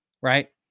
right